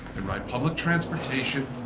they ride public transportation,